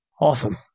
Awesome